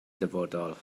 dyfodol